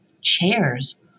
chairs